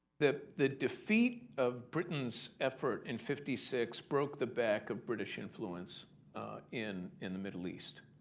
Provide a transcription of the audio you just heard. the the defeat of britain's effort in fifty six broke the back of british influence in in the middle east.